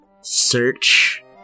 search